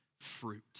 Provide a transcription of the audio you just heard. fruit